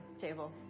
table